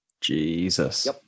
Jesus